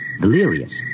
delirious